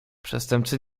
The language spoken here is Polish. przestępcy